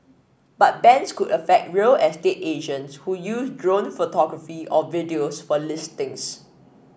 but bans could affect real estate agents who use drone photography or videos for listings